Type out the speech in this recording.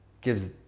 gives